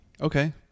Okay